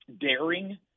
daring